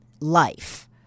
life